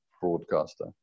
broadcaster